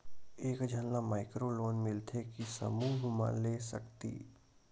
एक झन ला माइक्रो लोन मिलथे कि समूह मा ले सकती?